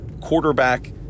quarterback